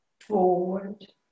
forward